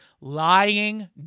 lying